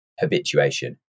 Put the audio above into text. habituation